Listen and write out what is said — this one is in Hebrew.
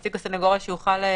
נציג הסנגוריה יוכל.